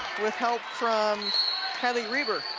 with help from kylie rueber.